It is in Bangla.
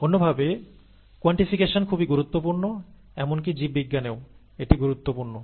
অন্যভাবে কোয়ান্টিফিকেশন খুবই গুরুত্বপূর্ণ এমনকি জীববিজ্ঞানেও এটি গুরুত্বপূর্ণ